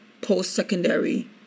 post-secondary